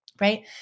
right